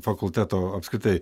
fakulteto apskritai